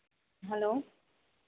hello